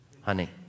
honey